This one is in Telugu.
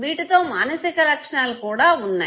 వీటితో మానసిక లక్షణాలు కూడా ఉన్నాయి